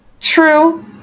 true